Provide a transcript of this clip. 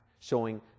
showing